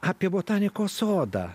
apie botanikos sodą